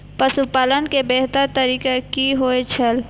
पशुपालन के बेहतर तरीका की होय छल?